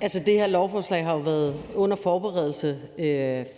Det her lovforslag har jo været under forberedelse,